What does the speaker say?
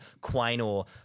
Quainor